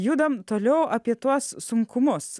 judam toliau apie tuos sunkumus